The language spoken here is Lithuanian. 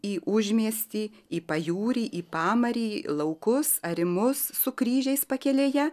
į užmiestį į pajūrį į pamarį laukus arimus su kryžiais pakelėje